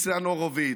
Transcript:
לא נשב עם ניצן הורוביץ,